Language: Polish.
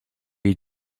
jej